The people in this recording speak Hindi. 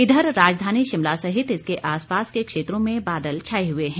इधर राजधानी शिमला सहित इसके आसपास के क्षेत्रों में बादल छाए हुए हैं